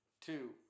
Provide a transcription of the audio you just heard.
two